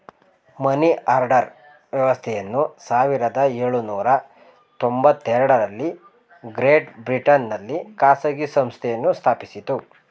money order ವ್ಯವಸ್ಥೆಯನ್ನು ಸಾವಿರದ ಎಳುನೂರ ತೊಂಬತ್ತಎರಡು ರಲ್ಲಿ ಗ್ರೇಟ್ ಬ್ರಿಟನ್ ನಲ್ಲಿ ಖಾಸಗಿ ಸಂಸ್ಥೆಯನ್ನು ಸ್ಥಾಪಿಸಿತು